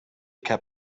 kept